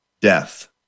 death